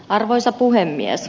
arvoisa puhemies